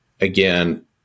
again